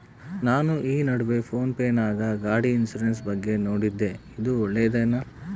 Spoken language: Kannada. ನಾನು ಈ ನಡುವೆ ಫೋನ್ ಪೇ ನಾಗ ಗಾಡಿ ಇನ್ಸುರೆನ್ಸ್ ಬಗ್ಗೆ ನೋಡಿದ್ದೇ ಇದು ಒಳ್ಳೇದೇನಾ?